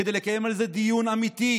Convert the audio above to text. כדי לקיים על זה דיון אמיתי,